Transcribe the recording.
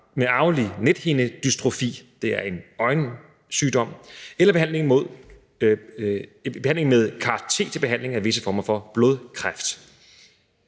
med arvelig nethindedystrofi – det er en øjensygdom – eller behandling med CAR T til behandling af visse former for blodkræft.